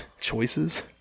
Choices